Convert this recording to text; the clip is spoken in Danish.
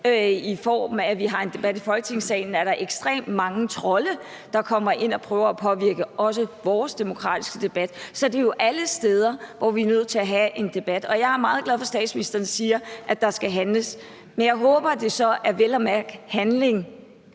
i form af at vi har en debat i Folketingssalen, hvor der er ekstremt mange trolle , der kommer ind og også prøver at påvirke vores demokratiske debat. Så det er jo alle steder, vi er nødt til at have en debat, og jeg er meget glad for, at statsministeren siger, at der skal handles. Men jeg håber, at det så vel at mærke er handling